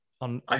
on